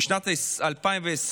בשנת 2020,